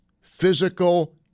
physical